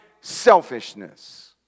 selfishness